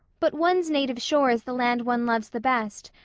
but one's native shore is the land one loves the best,